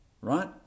Right